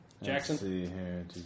Jackson